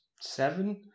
seven